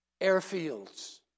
airfields